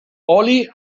oli